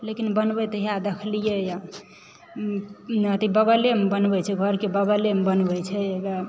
लेकिन बनबैत इएह देखलियै यऽ अथी बगलेमे बनबै छै घरके बगले मऽ बनबै छै हैबा